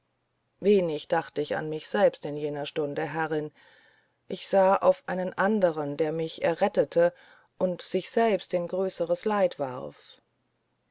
wenig dachte ich an mich selbst in jener stunde herrin ich sah auf einen anderen der mich errettete und sich selbst in größeres leid warf